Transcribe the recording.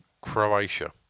Croatia